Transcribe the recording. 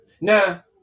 Now